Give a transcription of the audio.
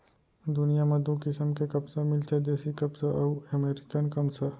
दुनियां म दू किसम के कपसा मिलथे देसी कपसा अउ अमेरिकन कपसा